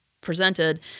presented